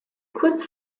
kurz